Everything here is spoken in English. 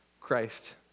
Christ